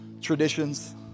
traditions